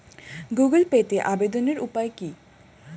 Google পেতে আবেদনের উপায় কি?